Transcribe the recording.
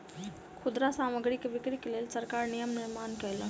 खुदरा सामग्रीक बिक्रीक लेल सरकार नियम निर्माण कयलक